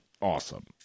awesome